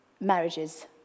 marriages